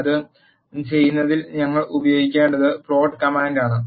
അത് ചെയ്യുന്നതിന് ഞങ്ങൾ ഉപയോഗിക്കേണ്ടത് പ്ലോട്ട് കമാൻഡാണ്